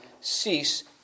cease